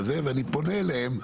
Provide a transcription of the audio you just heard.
ואני פונה אליהם,